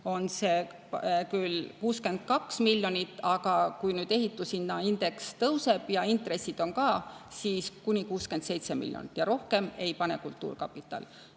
on see küll 62 miljonit, aga kui ehitushinnaindeks tõuseb ja intressid on ka, siis kuni 67 miljonit, rohkem kultuurkapital